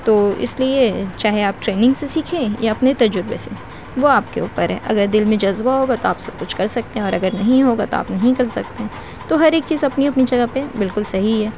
تو اس لیے چاہے آپ ٹریننگ سے سیکھیں یا اپنے تجربے سے وہ آپ کے اوپر ہے اگر دل میں جذبہ ہوگا تو آپ سب کچھ کر سکتے ہیں اور اگر نہیں ہوگا تو آپ نہیں کر سکتے ہیں تو ہر ایک چیز اپنی اپنی جگہ پہ بالکل صحیح ہے